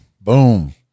Boom